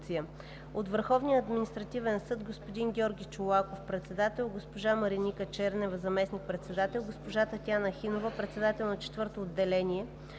от Върховния административен съд господин Георги Чолаков – председател, госпожа Мариника Чернева – заместник-председател, и госпожа Татяна Хинова – председател на Четвърто отделение;